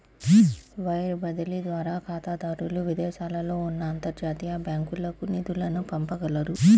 wire బదిలీ ద్వారా ఖాతాదారులు విదేశాలలో ఉన్న అంతర్జాతీయ బ్యాంకులకు నిధులను పంపగలరు